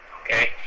Okay